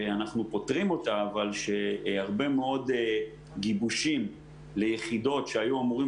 שאנחנו פותרים אותה שהרבה מאוד גיבושים ליחידות שהיו אמורים